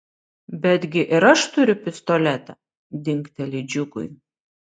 betgi ir aš turiu pistoletą dingteli džiugui